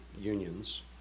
unions